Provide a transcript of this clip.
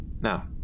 Now